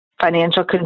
financial